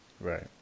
Right